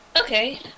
Okay